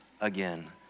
again